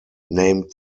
named